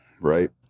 right